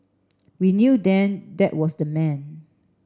we knew then that was the man